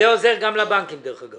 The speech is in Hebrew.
זה עוזר גם לבנקים דרך אגב.